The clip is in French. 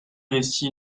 récit